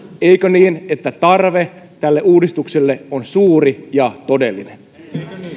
eikö niin että tarve tälle uudistukselle on suuri ja todellinen